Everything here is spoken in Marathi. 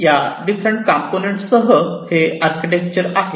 या डिफरंट कंपोनेंटसह हे आर्किटेक्चर आहे